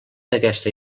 d’aquesta